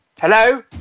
Hello